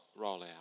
rollout